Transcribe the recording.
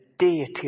deity